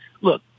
look